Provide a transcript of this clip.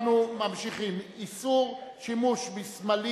אנחנו ממשיכים: איסור שימוש בסמלים